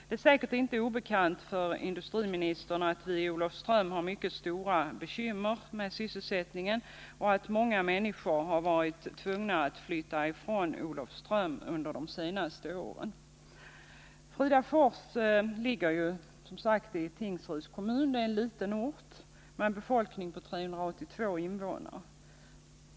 Det är säkert inte obekant för industriministern att vi i Olofström har mycket stora bekymmer med sysselsättningen, och att många människor har n under de senaste åren. blivit tvungna att flytta däri Fridafors, som ju ligger i Tingsryds kommun, är en liten ort med en befolkning på 382 invånare.